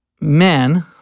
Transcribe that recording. men